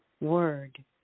word